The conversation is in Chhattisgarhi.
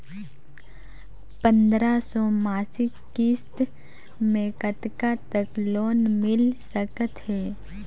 पंद्रह सौ मासिक किस्त मे कतका तक लोन मिल सकत हे?